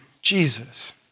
Jesus